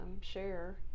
share